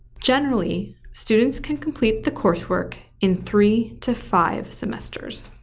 generally students can complete the coursework in three to five semesters.